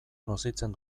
nozitzen